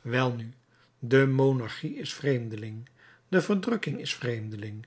welnu de monarchie is vreemdeling de verdrukking is vreemdeling